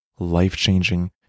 life-changing